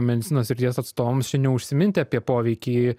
medicinos srities atstovams čia neužsiminti apie poveikį